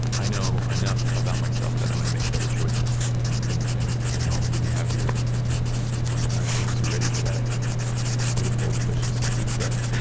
i know enough about myself that i'm gonna make better choices and and hopefully be happier and you know when the time comes you are ready for that beautiful, delicious food truck.